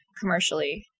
commercially